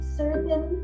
certain